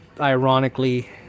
ironically